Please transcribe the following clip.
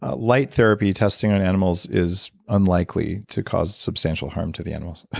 ah light therapy testing on animals is unlikely to cause substantial harm to the animals. they